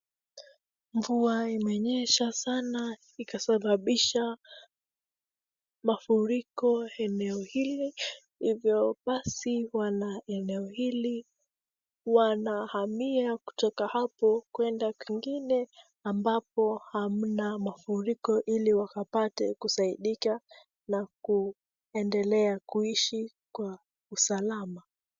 Mvua imenyesha sana ikasababisha mafuriko eneo hili, hivyo basi wanaeneo hili wanahamia kutoka hapo kwenda kwingine ambapo hamna mafuriko ili wakapate kusaidika na kuendelea kuishi kwa usalama.